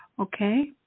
okay